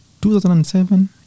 2007